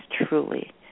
truly